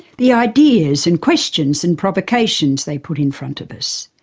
the ideas and questions and provocations they put in front of us.